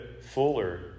fuller